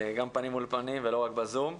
גם פנים מול פנים ולא רק בזום.